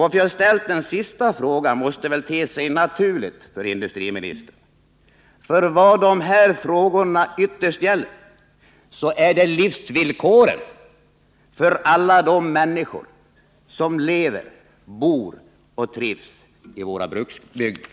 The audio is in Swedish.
Att jag ställt denna fråga måste väl te sig naturligt för industriministern, för vad den ytterst gäller är livsvillkoren för alla de människor som lever, bor och trivs i våra bruksbygder.